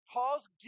Paul's